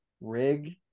rig